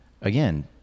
again